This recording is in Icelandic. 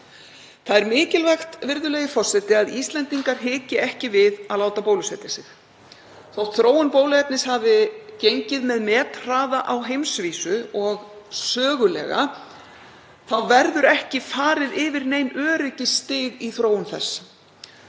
Það er mikilvægt, virðulegi forseti, að Íslendingar hiki ekki við að láta bólusetja sig. Þótt þróun bóluefnis hafi gengið með methraða á heimsvísu og sögulega, þá verður ekki farið yfir nein öryggisstig í þróun þess.